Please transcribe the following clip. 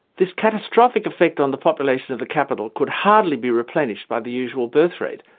this catastrophic effect on the population of the capital could hardly be replenished by the usual birth-rate,